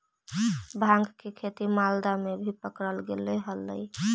भाँग के खेती मालदा में भी पकडल गेले हलई